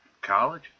College